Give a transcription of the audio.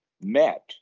met